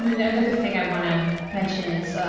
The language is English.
and and another thing i want to mention is,